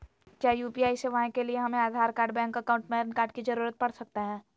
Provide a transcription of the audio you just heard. क्या यू.पी.आई सेवाएं के लिए हमें Aadhaar card bank account PAN card की जरूरत पड़ सकता है?